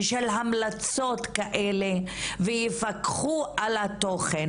ושל המלצות כאלה ויפקחו על התוכן,